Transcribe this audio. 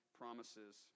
promises